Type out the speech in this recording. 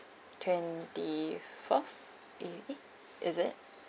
twenty-fourth maybe is it